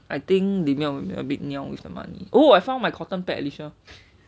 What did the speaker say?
I think damian wil be a bit niao with the money oh I found my cotton pad alicia